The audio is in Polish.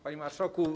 Panie Marszałku!